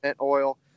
oil